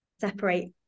separate